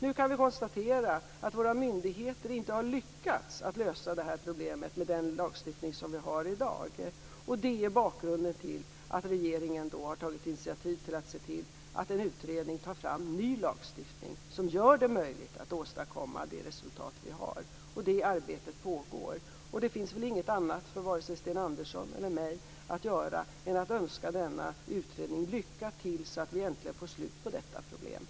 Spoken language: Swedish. Vi kan konstatera att våra myndigheter inte har lyckats lösa problemet med den lagstiftning vi har i dag. Det är bakgrunden till att regeringen har tagit initiativ till att se till att en utredning tar fram förslag till ny lagstiftning som gör det möjligt att åstadkomma det resultat vi vill ha. Det arbetet pågår. Det finns ingenting annat för vare sig Sten Andersson eller mig att göra än att önska denna utredning lycka till så att vi äntligen får ett slut på problemet.